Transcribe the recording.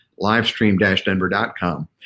livestream-denver.com